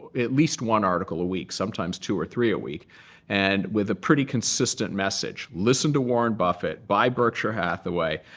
at least, one article a week sometimes two or three a week and with a pretty consistent message listen to warren buffett, buy berkshire hathaway.